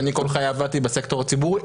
אני כל חיי עבדתי בסקטור הציבורי,